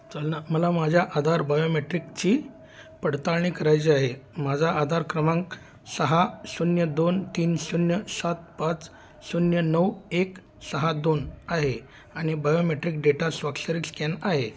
चल ना मला माझ्या आधार बयोमेट्रिकची पडताळणी करायची आहे माझा आधार क्रमांक सहा शून्य दोन तीन शून्य सात पाच शून्य नऊ एक सहा दोन आहे आणि बयोमेट्रिक डेटा स्वाक्षरी स्कॅन आहे